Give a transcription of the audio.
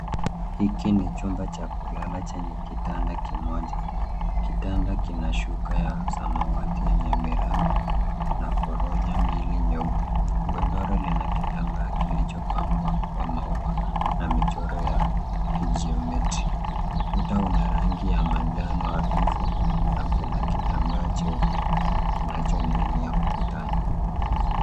Hiki ni chumba cha kulala chenye kitanda kimoja. Kitanda kina shuka ya samawati yenye miraba na foronya mbili nyeupe. Godoro lina kitambaa kilichopambwa kwa maua na michoro ya kijiometri. Ukuta una rangi ya manjano hafifu na kuna kitambaa cheupe kinachoning'inia ukutani.